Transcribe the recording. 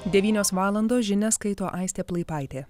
devynios valandos žinias skaito aistė plaipaitė